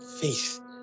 faith